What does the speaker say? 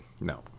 No